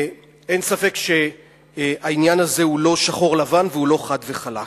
ואין ספק שהעניין הזה הוא לא שחור-לבן והוא לא חד וחלק.